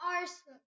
Arsenal